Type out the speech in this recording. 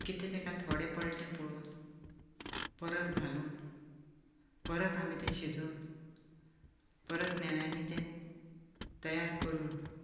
कितें ताका थोडें पडलां तें पळोवन परत घालून परत आमी तें शिजोवन परत नेव्यांनी तें तयार करून